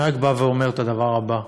אני רק בא ואומר את הדבר הזה: